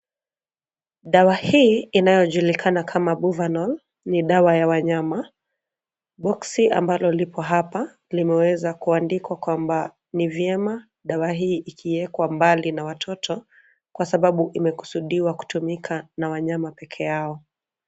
Dawa hii inayojulikana kama, buvonal, ni dawa ya wanyama. Boksi ambalo liko hapa limeweza kuandikwa kwamba ni vyema dawa hii ikiekwa mbali na watoto kwa sababu imekusudiwa kutumika na wanyama peke yao.